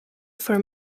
for